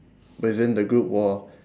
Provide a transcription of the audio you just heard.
within the group were